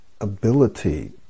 ability